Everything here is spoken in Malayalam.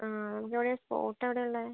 ആ ആ നമുക്ക് ഇവിടെ ഫോട്ടോ എവിടെയാണ് ഉള്ളത്